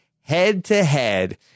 head-to-head